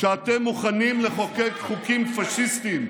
שאתם מוכנים לחוקק חוקים פשיסטיים,